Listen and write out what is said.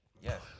Yes